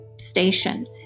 station